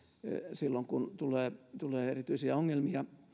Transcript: silloin kun tulee tulee erityisiä ongelmia